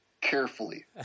carefully